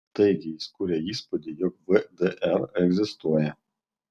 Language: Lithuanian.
taigi jis kuria įspūdį jog vdr egzistuoja